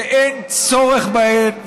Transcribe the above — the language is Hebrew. שאין צורך בהן,